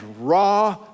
raw